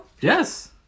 Yes